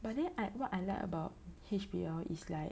but then I what I like about H_B_L is like